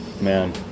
Man